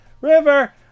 River